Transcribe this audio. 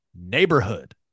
neighborhood